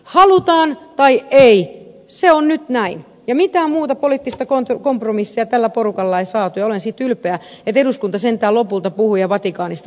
halutaan tai ei se on nyt näin ja mitään muuta poliittista kompromissia tällä porukalla ei saatu ja olen siitä ylpeä että eduskunta sentään lopulta puhui ja vatikaanista nousi savu